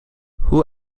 hoe